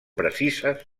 precises